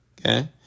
Okay